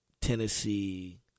Tennessee